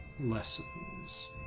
lessons